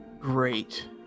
great